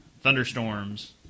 thunderstorms